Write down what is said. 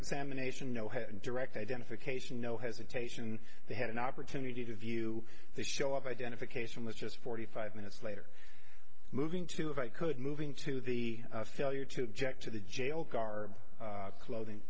examination no had direct identification no hesitation they had an opportunity to view the show of identification was just forty five minutes later moving to if i could moving to the failure to object to the jail car clothing